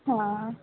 हां